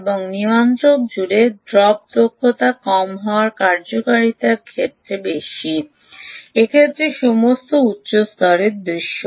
এবং নিয়ামক জুড়ে ড্রপ কম হওয়ায় কার্যকারিতা বেশি এক্ষেত্রে সমস্ত উচ্চ স্তরের দৃশ্য